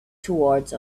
towards